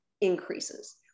increases